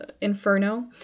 Inferno